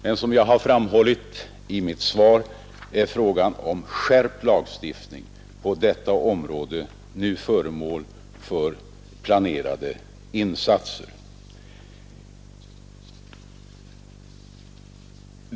Men som jag har framhållit i mitt svar är frågan om skärpt lagstiftning på detta område nu föremål för planerade insatser.